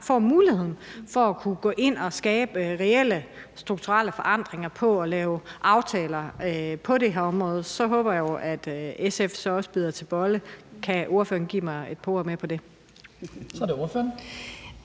får mulighed for at kunne gå ind og skabe reelle strukturelle forandringer og lave aftaler på det her område, håber jeg jo, at SF så også bider til bolle. Kan ordføreren give mig et par ord med om det? Kl. 18:06 Den